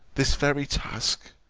this very task,